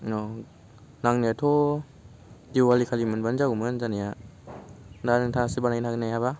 नं नांनायाथ' दिवाली खालि मोनबानो जागौमोन जानाया ना नोंथाङासो बानायनो हागोन ना हायाबा